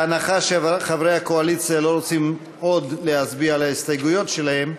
בהנחה שחברי הקואליציה לא רוצים עוד להצביע על ההסתייגויות שלהם.